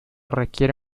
requiere